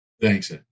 Thanks